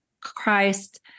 Christ